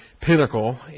pinnacle